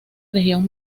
región